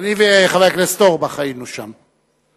אני וחבר הכנסת אורבך היינו שם.